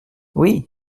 oui